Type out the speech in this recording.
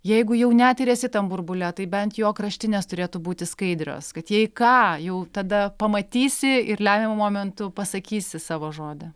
jeigu jau net ir esi tam burbule tai bent jo kraštinės turėtų būti skaidrios kad jei ką jau tada pamatysi ir lemiamu momentu pasakysi savo žodį